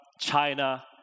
China